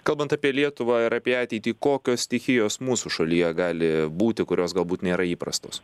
kalbant apie lietuvą ir apie ateitį kokios stichijos mūsų šalyje gali būti kurios galbūt nėra įprastos